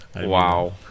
Wow